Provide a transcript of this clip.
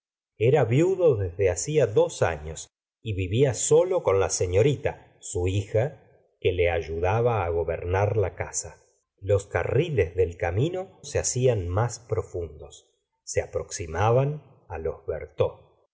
era viudo desde hacia dos ailos y vivía solo con la senorita su hija que le ayudaba gobernar la casa los carriles del camino se hacían más profundos se aproximaban ti los bertaux